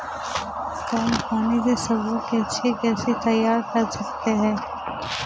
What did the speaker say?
कम पानी से इसबगोल की अच्छी ऊपज कैसे तैयार कर सकते हैं?